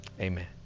Amen